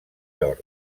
york